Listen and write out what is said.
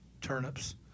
turnips—